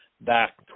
back